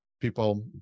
people